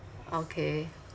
okay